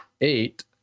eight